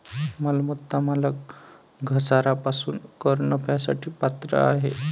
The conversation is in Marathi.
मालमत्ता मालक घसारा पासून कर नफ्यासाठी पात्र आहे